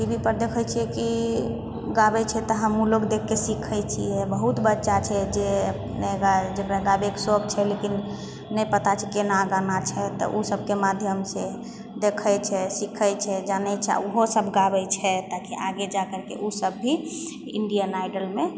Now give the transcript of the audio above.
तऽ टीवीपर देखै छियै कि गाबै छै तऽ हमहूँ लोग देखके सीखै छियै बहुत बच्चा छै जे जकरा गाबैके सौख छै लेकिन नहि पता छै कोना गाना छै तऽ ओ सबके माध्यमसँ देखै छै सीखै छै जानै छै आओर ओहो सब गाबै छै ताकि आगे जा करके ओ सब भी इण्डियन आइडलमे